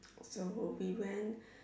so we went